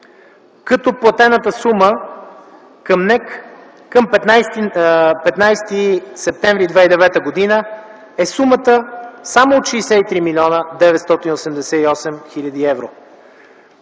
като платената сума към НЕК към 15 септември 2009 г. е само от 63 млн. 988 хил. евро.